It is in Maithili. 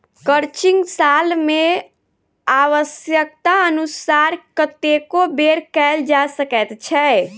क्रचिंग साल मे आव्श्यकतानुसार कतेको बेर कयल जा सकैत छै